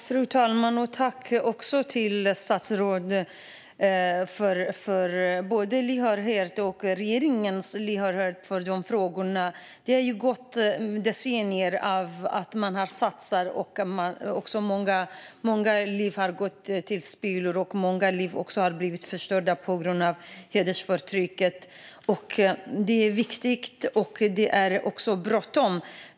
Fru talman! Jag tackar statsrådet både för hennes lyhördhet och för regeringens lyhördhet i dessa frågor. Det har ju gått decennier då man har satsat, och många liv har gått till spillo. Många liv har också blivit förstörda på grund av hedersförtrycket. Detta är viktigt, och det är bråttom.